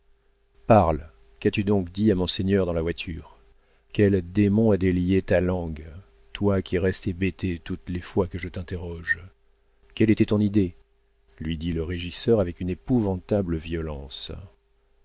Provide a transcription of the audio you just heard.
parle qu'as-tu donc dit à monseigneur dans la voiture quel démon a délié ta langue toi qui restes hébété toutes les fois que je t'interroge quelle était ton idée lui dit le régisseur avec une épouvantable violence